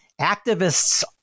Activists